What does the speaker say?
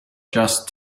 just